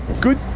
good